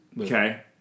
Okay